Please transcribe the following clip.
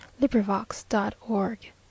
LibriVox.org